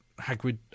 Hagrid